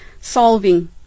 solving